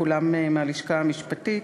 כולם מהלשכה המשפטית.